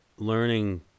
Learning